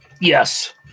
Yes